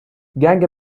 ganga